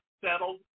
settled